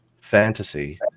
fantasy